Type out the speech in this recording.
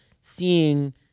seeing